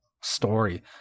story